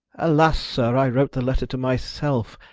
alas! sir, i wrote the letter to my self,